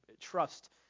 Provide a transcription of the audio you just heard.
trust